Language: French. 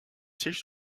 siège